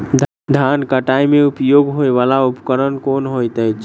धान कटाई मे उपयोग होयवला उपकरण केँ होइत अछि?